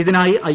ഇതിനായി ഐ